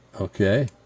Okay